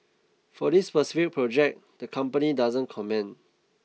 for this specific project the company doesn't comment